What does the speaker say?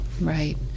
Right